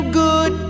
good